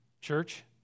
church